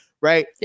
Right